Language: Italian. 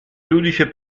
giudice